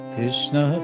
Krishna